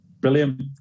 Brilliant